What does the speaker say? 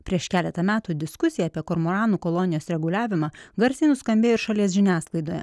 prieš keletą metų diskusija apie kormoranų kolonijos reguliavimą garsiai nuskambėjo ir šalies žiniasklaidoje